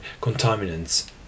contaminants